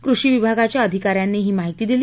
कृषिविभागाच्या अधिका यांनी ही माहिती दिली